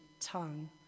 tongue